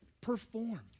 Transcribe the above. perform